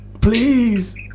please